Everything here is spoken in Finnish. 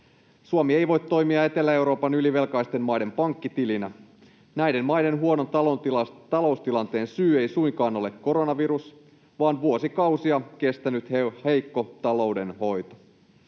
Suomi ei voi toimia Etelä-Euroopan ylivelkaisten maiden pankkitilinä. Näiden maiden huonon taloustilanteen syy ei suinkaan ole koronavirus vaan vuosikausia kestänyt heikko taloudenhoito.